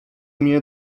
mnie